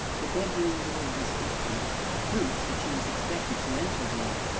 the bedroom door was open proof that she was expected to enter there.